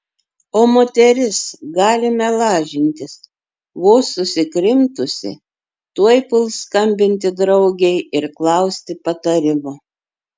o moteris galime lažintis vos susikrimtusi tuoj puls skambinti draugei ir klausti patarimo